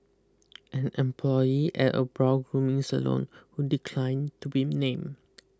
an employee at a brow grooming salon who declined to be named